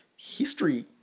history